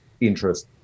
interest